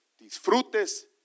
Disfrutes